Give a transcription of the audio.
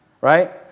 right